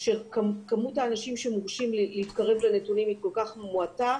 כשכמות האנשים שמורשים להתקרב לנתונים היא כל כך מועטה,